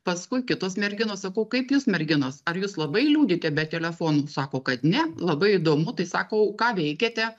paskui kitos merginos sakau kaip jūs merginos ar jūs labai liūdite be telefonų sako kad ne labai įdomu tai sakau ką veikiate